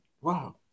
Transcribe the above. Wow